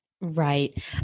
Right